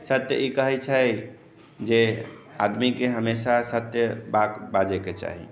सत्य ई कहै छै जे आदमीके हमेशा सत्य बात बाजयके चाही